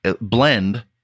blend